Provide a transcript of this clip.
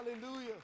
hallelujah